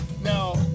Now